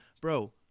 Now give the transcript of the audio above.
Bro